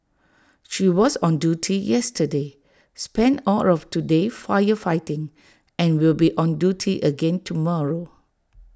she was on duty yesterday spent all of today firefighting and will be on duty again tomorrow